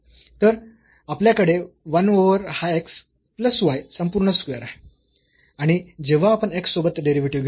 तर आपल्याकडे 1 ओव्हर हा x प्लस y संपूर्ण स्क्वेअर आहे आणि जेव्हा आपण x सोबत डेरिव्हेटिव्ह घेतो